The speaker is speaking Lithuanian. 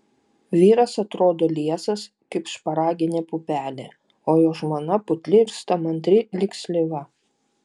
vyras atrodo liesas kaip šparaginė pupelė o jo žmona putli ir stamantri lyg slyva